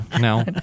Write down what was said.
no